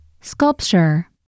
Sculpture